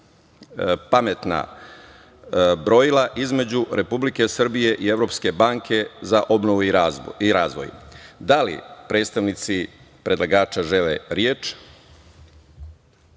„Pametna brojila“, između Republike Srbije i Evropske banke za obnovu i razvoj. Da li predstavnici predlagača žele reč?